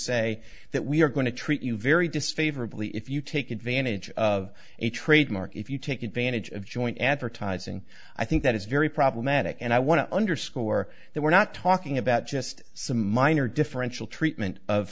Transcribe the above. say that we are going to treat you very disfavor billy if you take advantage of a trademark if you take advantage of joint advertising i think that is very problematic and i want to underscore that we're not talking about just some minor differential treatment of